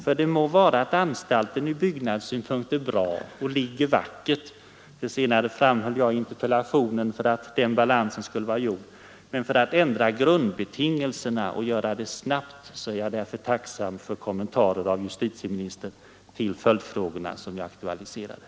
För det må vara att anstalten ur byggnadssynpunkt är bra och ligger vackert — det senare framhöll jag i interpellationen för att den balansen skulle vara gjord — men för att ändra på grundbetingelserna och göra det snabbt är jag tacksam för kommentarer av justitieministern till följdfrågorna som nu aktualiserats.